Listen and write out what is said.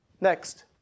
Next